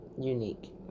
unique